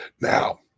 Now